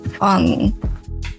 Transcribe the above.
On